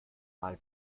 mal